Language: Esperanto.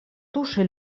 tuŝi